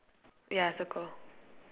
ya circle